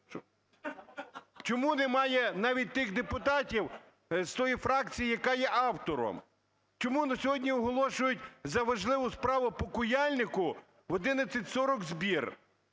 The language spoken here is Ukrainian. Чому немає навіть тих депутатів з тої фракції, яка є автором? Чому на сьогодні оголошують за важливу справу по Куяльнику в 11:40 збір?